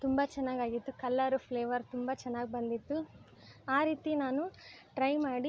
ತುಂಬ ಚೆನ್ನಾಗಾಗಿತ್ತು colour flavour ತುಂಬ ಚೆನ್ನಾಗಿ ಬಂದಿತ್ತು ಆ ರೀತಿ ನಾನು ಟ್ರೈ ಮಾಡಿ